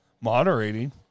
moderating